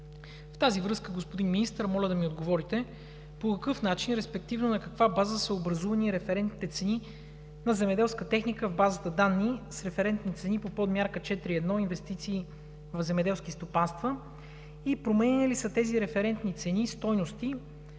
В тази връзка, господин Министър, моля да ми отговорите по какъв начин, респективно на каква база са образувани референтните цени на земеделска техника в базата данни с референтни цени по подмярка 4.1 „Инвестиции в земеделски стопанства“ и променяни ли са тези референтни цени/стойности